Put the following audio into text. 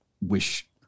wish